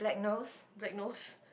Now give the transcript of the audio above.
black nose